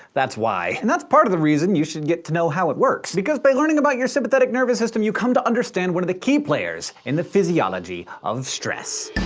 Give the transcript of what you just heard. that's why. and that's part of the reason that should get to know how it works. because by learning about your sympathetic nervous system, you come to understand one of the key players in the physiology of stress.